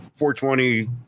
420